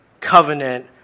covenant